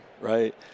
right